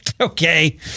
okay